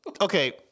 Okay